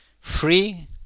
free